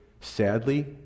sadly